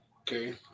Okay